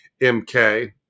MK